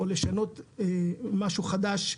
או לשנות משהו חדש,